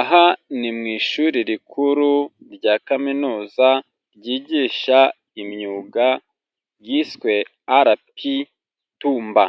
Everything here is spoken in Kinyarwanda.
Aha ni mu ishuri rikuru rya kaminuza ryigisha imyuga ryiswe RP Tumba,